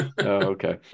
Okay